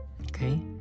okay